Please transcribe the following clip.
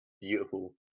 beautiful